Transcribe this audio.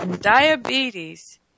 diabetes